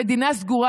המדינה סגורה.